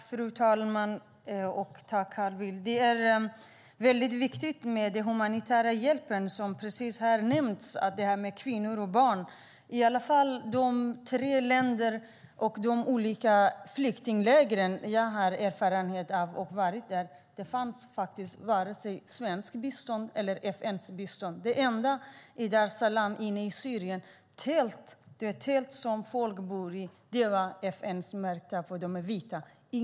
Fru talman! Tack, Carl Bildt. Det är mycket viktigt med den humanitära hjälpen för kvinnor och barn som precis har nämnts. I de tre länder och de olika flyktingläger som jag har erfarenhet av och varit i fanns det varken svenskt bistånd eller FN:s bistånd. Det enda som fanns i Bab al-Salam i Syrien var tält som människor bor i. En del av dem är FN-märkta och är vita.